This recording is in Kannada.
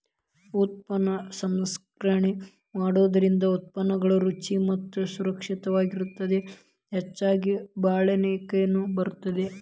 ಉತ್ಪನ್ನಗಳ ಸಂಸ್ಕರಣೆ ಮಾಡೋದರಿಂದ ಉತ್ಪನ್ನಗಳು ರುಚಿ ಮತ್ತ ಸುರಕ್ಷಿತವಾಗಿರತ್ತದ ಹೆಚ್ಚಗಿ ಬಾಳಿಕೆನು ಬರತ್ತದ